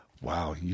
Wow